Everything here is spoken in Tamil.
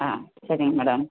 ஆ சரிங்க மேடம்